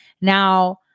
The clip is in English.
Now